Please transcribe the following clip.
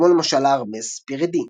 כמו למשל ה-"Armes Prydein".